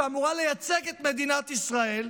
שאמורה לייצג את מדינת ישראל,